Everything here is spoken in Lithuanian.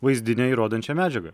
vaizdinę įrodančią medžiagą